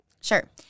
Sure